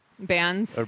Bands